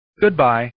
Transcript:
Goodbye